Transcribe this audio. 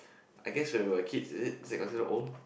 I guess when we were kids is it can consider old